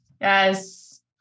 Yes